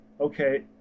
okay